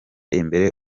imbere